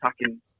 attacking